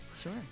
Sure